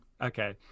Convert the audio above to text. okay